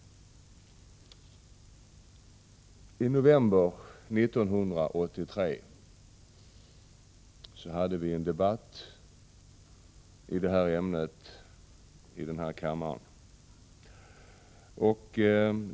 I november 1983 hade vi en debatt i detta ämne i denna kammare.